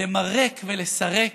למרק ולסרק,